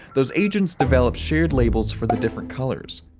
those agents developed shared labels for the different colors.